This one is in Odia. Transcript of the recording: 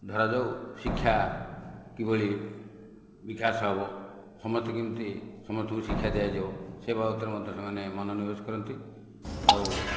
ଧରାଯାଉ ଶିକ୍ଷା କିଭଳି ବିକାଶ ହେବ ସମସ୍ତେ କେମିତି ସମସ୍ତଙ୍କୁ ଶିକ୍ଷା ଦିଆଯାଉ ସେ ବାବଦରେ ମଧ୍ୟ ସେମାନେ ମନୋନିବେଶ କରନ୍ତି ଆଉ